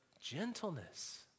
gentleness